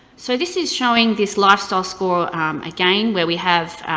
so this is showing this lifestyle score again, where we have,